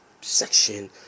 section